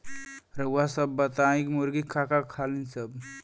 रउआ सभ बताई मुर्गी का का खालीन सब?